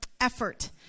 effort